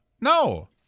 no